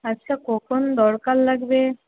আচ্ছা কখন দরকার লাগবে